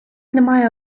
нема